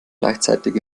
gleichzeitig